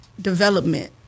development